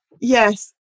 yes